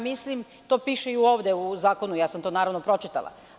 Mislim, a to piše i ovde u zakonu, i to sam naravno pročitala.